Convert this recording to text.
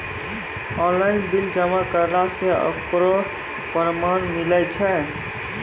Online bill जमा करला से ओकरौ परमान मिलै छै?